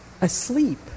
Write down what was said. asleep